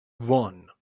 one